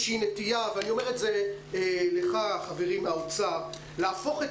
נטייה אני אומר את זה לך חברי מהאוצר להפוך את